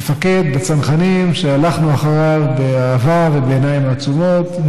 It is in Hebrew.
מפקד בצנחנים שהלכנו אחריו באהבה ובעיניים עצומות.